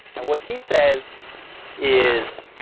and what he says is,